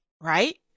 right